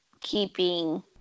keeping